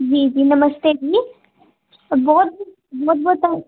जी जी नमस्ते जी बहोत लग्गे दा